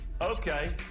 Okay